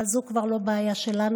אבל כנראה שזו כבר לא בעיה שלנו,